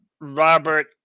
Robert